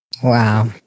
Wow